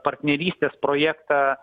partnerystės projektą